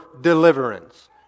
deliverance